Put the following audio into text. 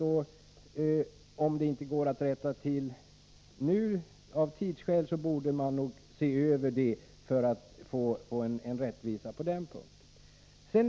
Om det av tidsskäl inte går att nu rätta till detta borde man ändå se över det här för att få rättvisa på den punkten.